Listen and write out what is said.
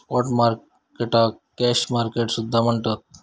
spot मार्केटाक cash market सुद्धा म्हणतत